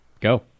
Go